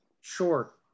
Sure